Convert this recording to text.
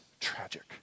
tragic